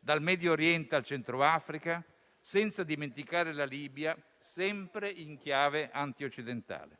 dal Medio Oriente al centro Africa, senza dimenticare la Libia, sempre in chiave anti-occidentale.